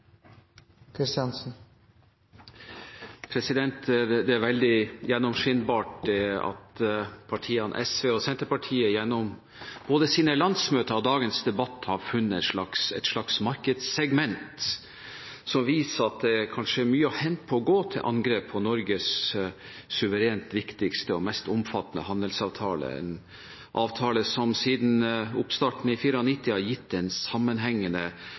veldig gjennomskinnbart at partiene SV og Senterpartiet gjennom både sine landsmøter og dagens debatt har funnet et slags markedssegment som viser at det kanskje er mye å hente på å gå til angrep på Norges suverent viktigste og mest omfattende handelsavtale, en avtale som siden oppstarten i 1994 har gitt en sammenhengende